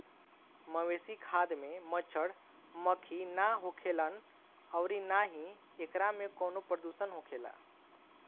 मवेशी खाद में मच्छड़, मक्खी ना होखेलन अउरी ना ही एकरा में कवनो प्रदुषण होखेला